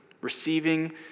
receiving